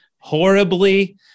horribly